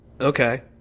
Okay